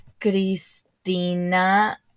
Cristina